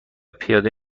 پیاده